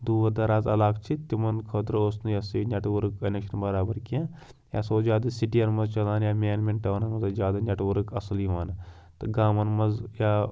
دوٗر دَراز علاقہٕ چھِ تِمَن خٲطرٕ اوٗس نہٕ یہِ ہسا یہِ نیٚٹؤرٕک کَنیٚکشَن بَرابَر کیٚنٛہہ یہِ ہسا اوٗس زیادٕ سِٹیَن منٛز چَلان یا مین مین ٹاونَن منٛز ٲسۍ زیادٕ نیٚٹؤرٕک اصٕل یِوان تہٕ گامَن منٛز یا